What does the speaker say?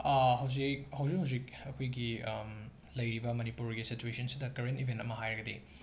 ꯍꯧꯖꯤꯛ ꯍꯧꯖꯤꯛ ꯍꯧꯖꯤꯛ ꯑꯩꯈꯣꯏꯒꯤ ꯂꯩꯔꯤꯕ ꯃꯅꯤꯄꯨꯔꯒꯤ ꯁꯦꯆꯨꯋꯦꯁꯟꯁꯤꯗ ꯀꯔꯦꯟ ꯏꯕꯦꯟ ꯑꯃ ꯍꯥꯏꯔꯒꯗꯤ